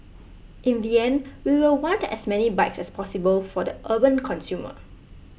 in the end we will want as many bikes as possible for the urban consumer